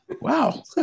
Wow